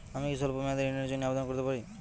আমি কি স্বল্প মেয়াদি ঋণের জন্যে আবেদন করতে পারি?